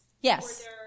Yes